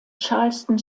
charleston